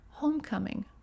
homecoming